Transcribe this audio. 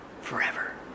forever